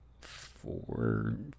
four